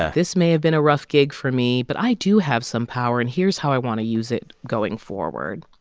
ah this may have been a rough gig for me, but i do have some power. and here's how i want to use it going forward.